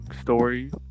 story